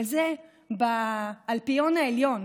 אבל זה באלפיון העליון.